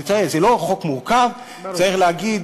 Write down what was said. תראה, זה לא חוק מורכב, צריך להגיד: